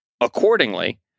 Accordingly